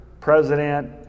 president